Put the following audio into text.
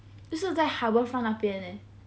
就是在 harbourfront 那边 leh